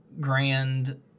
grand